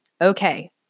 Okay